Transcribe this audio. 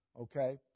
okay